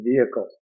vehicle